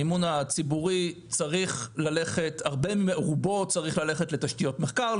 רוב המימון הציבורי צריך ללכת לתשתיות מחקר,